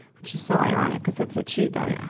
which is so ironic because that's what she does,